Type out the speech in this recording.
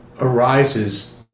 arises